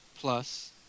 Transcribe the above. plus